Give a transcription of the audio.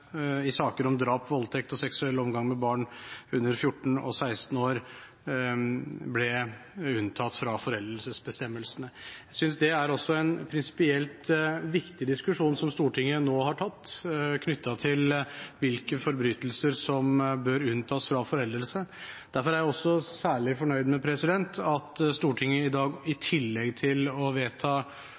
i saker om drap, voldtekt og seksuell omgang med barn under 14 år og 16 år ble unntatt fra foreldelsesbestemmelsene. Jeg synes det også er en prinsipielt viktig diskusjon som Stortinget nå har tatt, knyttet til hvilke forbrytelser som bør unntas fra foreldelse. Derfor er jeg også særlig fornøyd med at Stortinget i dag i tillegg til å vedta